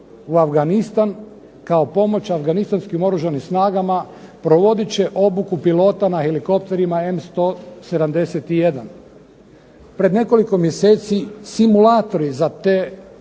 u Afganistan, kao pomoć Afganistanskim oružanim snagama provodit će obuku pilota na helikopterima M171. Pred nekoliko mjeseci simulatori za te